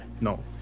no